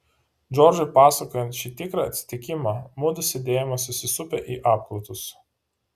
džordžui pasakojant šį tikrą atsitikimą mudu sėdėjome susisupę į apklotus